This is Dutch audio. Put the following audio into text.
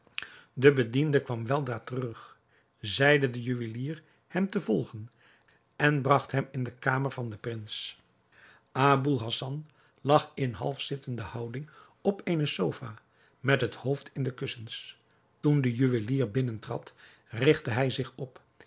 de bediende kwam weldra terug zeide den juwelier hem te volgen en bragt hem in de kamer van den prins aboul hassan lag in half zittende houding op eene sofa met het hoofd in de kussens toen de juwelier binnentrad rigtte hij zich op